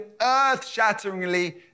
earth-shatteringly